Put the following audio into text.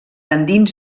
endins